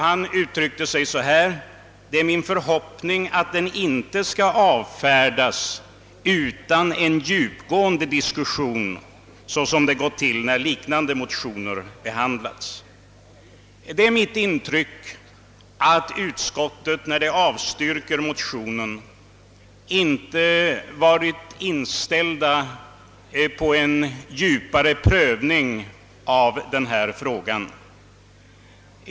Han yttrade då följande: »Det är min förhoppning att den inte skall avfärdas utan en djupgående diskussion såsom det har gått till tidigare när liknande motioner har behandlats.» Mitt intryck är att utskottet, då det avstyrkt motionen, inte varit inställt på en djupare prövning av frågan.